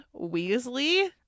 Weasley